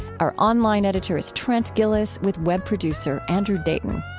our online editor is trent gilliss, with web producer andrew dayton.